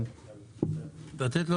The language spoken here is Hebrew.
נראה לי